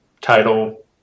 title